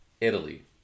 Italy